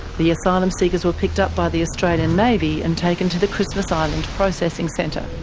the asylum-seekers were picked up by the australian navy and taken to the christmas island processing centre.